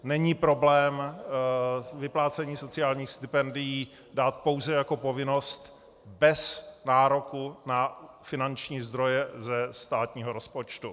Není problém vyplácení sociálních stipendií dát pouze jako povinnost bez nároku na finanční zdroje ze státního rozpočtu.